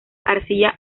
arcilla